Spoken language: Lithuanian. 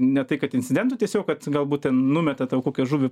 ne tai kad incidentų tiesiog kad galbūt ten numeta tau kokią žuvį